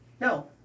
No